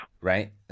Right